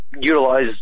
utilize